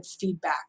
feedback